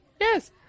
Yes